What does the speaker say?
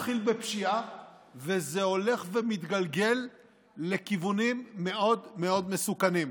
זה מתחיל בפשיעה וזה הולך ומתגלגל לכיוונים מאוד מאוד מסוכנים.